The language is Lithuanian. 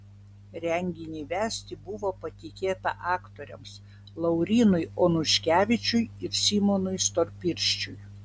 renginį vesti buvo patikėta aktoriams laurynui onuškevičiui ir simonui storpirščiui